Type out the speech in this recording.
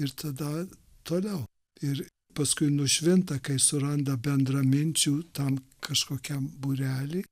ir tada toliau ir paskui nušvinta kai suranda bendraminčių tam kažkokiam būrely